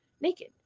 naked